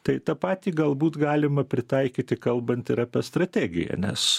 tai tą patį galbūt galima pritaikyti kalbant ir apie strategiją nes